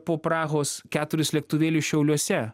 po prahos keturis lėktuvėlius šiauliuose